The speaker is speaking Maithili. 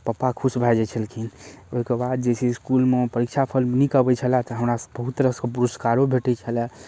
तऽ पपा खुश भऽ जाइ छलखिन ओइके बाद जे छै इसकुलमे परीक्षाफल नीक अबै छलै तऽ हमरा सभके बहुत तरहके पुरस्कारो भेटै छलै